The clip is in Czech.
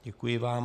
Děkuji vám.